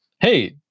hey